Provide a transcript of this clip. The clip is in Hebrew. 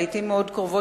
לעתים מאוד קרובות,